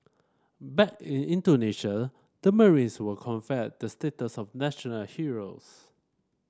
back in Indonesia the marines were conferred the status of national heroes